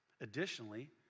Additionally